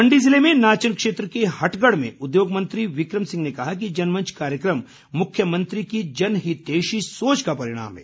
मण्डी ज़िले में नाचन क्षेत्र के हटगढ़ में उद्योग मंत्री बिक्रम सिंह ने कहा कि जनमंच कार्यक्रम मुख्यमंत्री की जनहितैषी सोच का परिणाम है